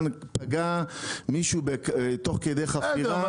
פגע מישהו תוך כדי חפירה -- בסדר,